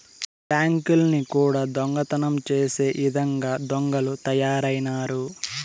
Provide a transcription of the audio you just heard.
బ్యాంకుల్ని కూడా దొంగతనం చేసే ఇదంగా దొంగలు తయారైనారు